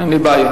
אין לי בעיה.